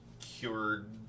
cured